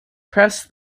press